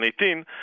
2018